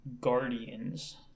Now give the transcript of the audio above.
Guardians